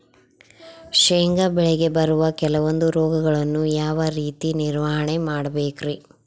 ಶೇಂಗಾ ಬೆಳೆಗೆ ಬರುವ ಕೆಲವೊಂದು ರೋಗಗಳನ್ನು ಯಾವ ರೇತಿ ನಿರ್ವಹಣೆ ಮಾಡಬೇಕ್ರಿ?